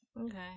Okay